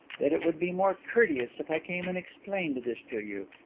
that it would be more courteous if i came and explained this to you.